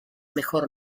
mejor